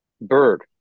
bird